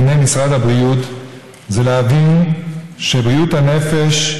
לעיני משרד הבריאות זה להבין שבריאות הנפש,